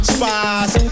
Spies